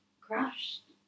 crashed